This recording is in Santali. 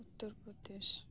ᱩᱛᱛᱚᱨ ᱯᱨᱚᱫᱮᱥ